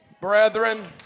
Brethren